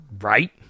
right